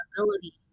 ability